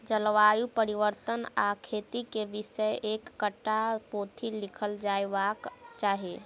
जलवायु परिवर्तन आ खेती के विषय पर एकटा पोथी लिखल जयबाक चाही